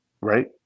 Right